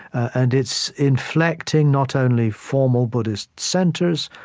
and it's inflecting not only formal buddhist centers,